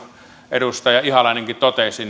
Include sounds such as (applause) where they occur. edustaja ihalainenkin totesi (unintelligible)